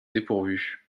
dépourvu